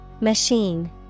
Machine